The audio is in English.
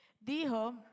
Dijo